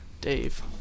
Dave